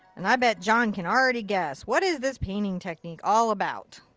and i bet john can already guess. what is this painting technique all about?